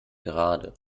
gerade